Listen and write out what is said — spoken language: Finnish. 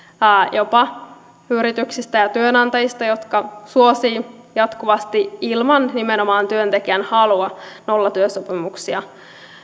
jopa yrityksistä ja työnantajista jotka suosivat jatkuvasti ilman nimenomaan työntekijän halua nollatyösopimuksia